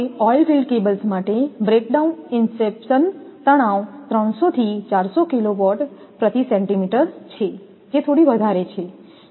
હવે oil field cables માટે breakdown inception તણાવ 300 થી 400 kV પ્રતિ સેન્ટિમીટર છે જે થોડી વધારેછે